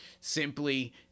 simply